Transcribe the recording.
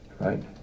right